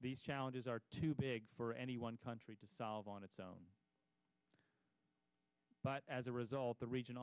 these challenges are too big for any one country to solve on its own but as a result the region